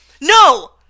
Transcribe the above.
No